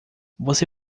você